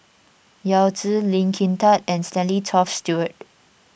Yao Zi Lee Kin Tat and Stanley Toft Stewart